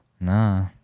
Nah